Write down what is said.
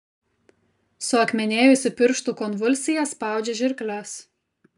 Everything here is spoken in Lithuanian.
suakmenėjusi pirštų konvulsija spaudžia žirkles